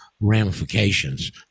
ramifications